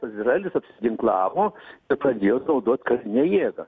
izraelis apsiginklavo ir pradėjo naudot karinę jėgą